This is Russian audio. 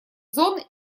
зон